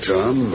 Tom